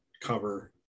cover